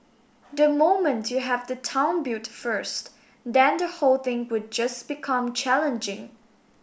the moment you have the town built first then the whole thing would just become challenging